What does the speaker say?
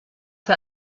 für